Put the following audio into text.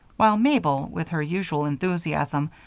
while mabel, with her usual enthusiasm,